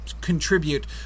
contribute